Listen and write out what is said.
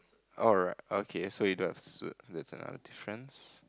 alright okay so you don't have suit that's our difference